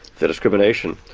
the discrimination.